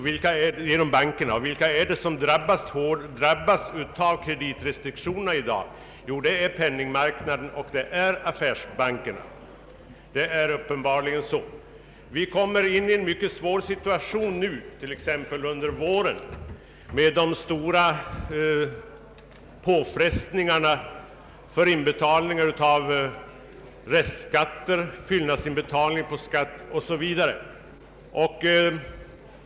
Vilka är det då som kreditrestriktionerna i första hand riktar sig mot? Jo, det är uppenbarligen penningmarknaden och affärsbankerna. Vi kommer under våren in i en mycket svår situation med stora påfrestningar när det gäller inbetalning av restskatter, fyllnadsinbetalningar 0. s. v.